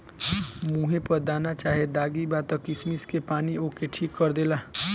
मुहे पर दाना चाहे दागी बा त किशमिश के पानी ओके ठीक कर देला